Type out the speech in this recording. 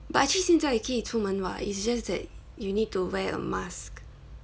but actually 现在也可以出门 [what] it's just that you need to wear a mask